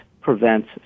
prevents